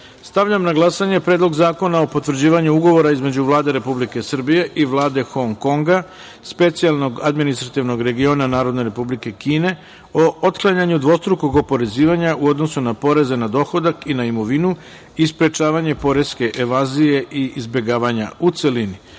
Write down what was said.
reda. Stavljam na glasanje Predlog zakona o potvrđivanju Ugovora između Vlade Republike Srbije i Vlade Hong Konga specijalnog administrativnog regiona Narodne Republike Kine o otklanjanju dvostrukog oporezivanja u odnosu na poreze na dohodak i imovinu i sprečavanju poreske evazije i izbegavanja, u celini. Molim